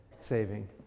saving